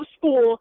school